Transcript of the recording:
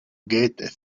get